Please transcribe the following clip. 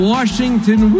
Washington